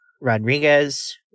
Rodriguez